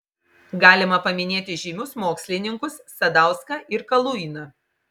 galima paminėti žymius mokslininkus sadauską ir kaluiną